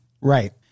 right